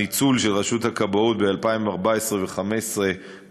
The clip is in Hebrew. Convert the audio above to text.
הניצול של רשות הכבאות ב-2014 ו-2015,